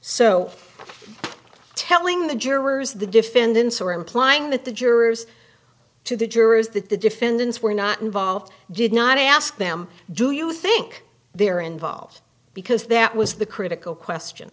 so telling the jurors the defendants are implying that the jurors to the jurors that the defendants were not involved did not ask them do you think they are involved because that was the critical question